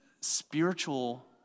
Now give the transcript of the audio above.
spiritual